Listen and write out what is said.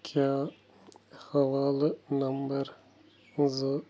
کیٛاہ حوالہٕ نمبَر زٕ